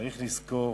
צריך לזכור